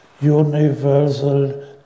universal